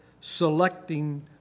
selecting